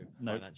no